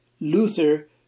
Luther